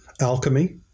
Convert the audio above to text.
alchemy